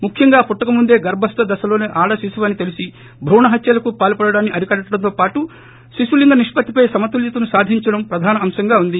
ముఖ్యంగా పుట్టకముందే గర్బస్త దశలోనే ఆడ శిశువు అని తెలిసి బ్రూణ పాత్యలకు పాల్పడడాన్ని అరికట్టడంతో పాటు శిశులింగ నిష్పత్తిపై సమతుల్యతను సాధించడం ప్రధాన అంశంగా ఉంది